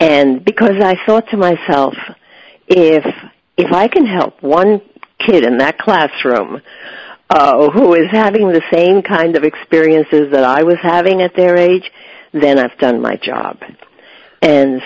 and because i thought to myself if if i can help one kid in that classroom who is having the same kind of experiences that i was having at their age then i've done my job and